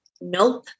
nope